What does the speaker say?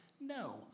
no